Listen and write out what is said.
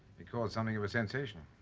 it caused something of a sensation.